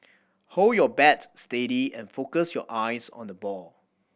hold your bat steady and focus your eyes on the ball